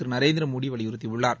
திரு நரேந்திர மோடி வலியுறுத்தியுள்ளார்